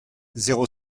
zéro